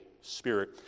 Spirit